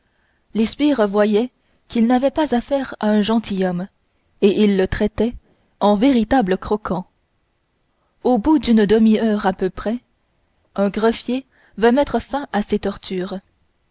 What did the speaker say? les sbires voyaient qu'ils n'avaient pas affaire à un gentilhomme et ils le traitaient en véritable croquant au bout d'une demi-heure à peu près un greffier vint mettre fin à ses tortures